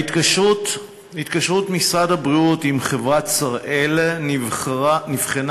התקשרות משרד הבריאות עם חברת "שראל" נבחנה